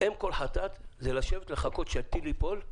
שאם כל חטאת זה לשבת ולחכות שהטיל ייפול,